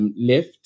Left